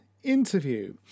interview